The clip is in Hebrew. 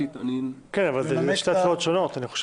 אבל זה שתי הצבעות שונות.